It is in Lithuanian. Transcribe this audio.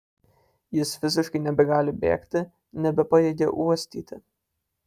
jis fiziškai nebegali bėgti nebepajėgia uostyti